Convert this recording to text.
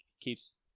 keeps